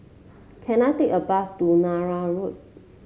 can I take a bus to Nallur Road